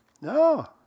No